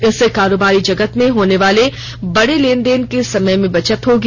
इससे कारोबारी जगत में होने वाले बड़े लेने देन में समय की बचत होगी